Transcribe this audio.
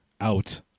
out